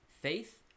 Faith